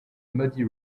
muddy